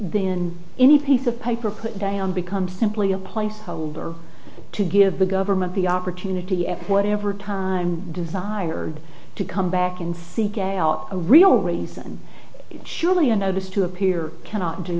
been any piece of paper put down become simply a placeholder to give the government the opportunity at whatever time desired to come back and seek a out a real reason surely a notice to appear cannot